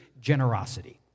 Generosity